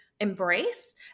embrace